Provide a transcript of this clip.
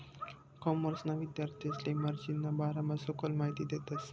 कॉमर्सना विद्यार्थांसले मार्जिनना बारामा सखोल माहिती देतस